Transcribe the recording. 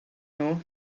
nhw